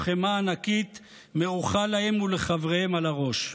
חמאה ענקית מרוחה להם ולחבריהם על הראש.